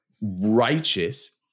righteous